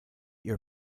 your